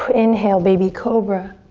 inhale, baby cobra.